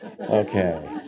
Okay